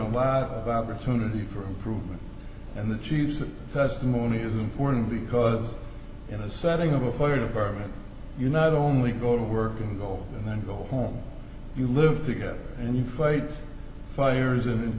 a lot of opportunity for improvement and the chiefs of testimony is important because in the setting of a fire department you're not only go to work and go and then go home you live together and you fight fires